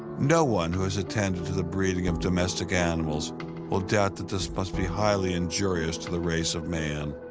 no one who has attended to the breeding of domestic animals will doubt that this must be highly injurious to the race of man.